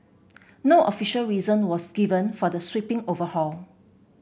no official reason was given for the sweeping overhaul